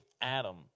Adam